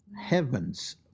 Heavens